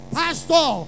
pastor